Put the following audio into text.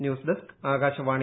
news desk Akashvani